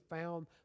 found